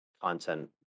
content